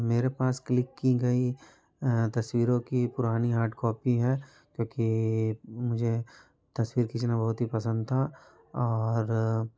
मेरे पास क्लिक की गई तस्वीरों की पुरानी हार्ड कॉपी है क्योंकि मुझे तस्वीर खीचना बहुत ही पसंद था और